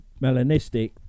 melanistic